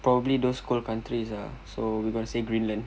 probably those cold countries ah so we gonna say greenland